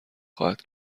خواهد